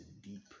deep